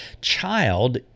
child